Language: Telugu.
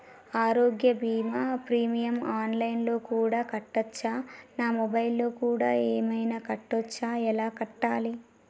ఆరోగ్య బీమా ప్రీమియం ఆన్ లైన్ లో కూడా కట్టచ్చా? నా మొబైల్లో కూడా ఏమైనా కట్టొచ్చా? ఎలా కట్టాలి?